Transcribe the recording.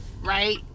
right